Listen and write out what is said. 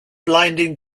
blinding